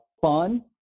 fun